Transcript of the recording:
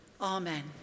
Amen